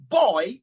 boy